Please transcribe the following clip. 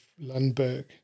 Lundberg